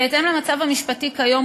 בהתאם למצב המשפטי כיום,